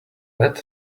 let